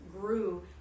grew